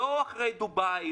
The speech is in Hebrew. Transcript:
לא אחרי דובאי,